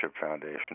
foundation